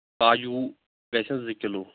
کاجوٗ گژھن زٕ کِلوٗ